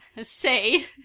say